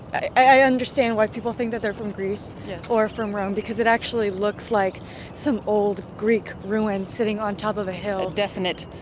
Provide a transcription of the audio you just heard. i understand why people think that they're from greece or from rome because it actually looks like some old greek ruin sitting on top of a hill a definite,